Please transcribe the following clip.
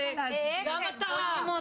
זו המטרה.